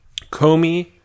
Comey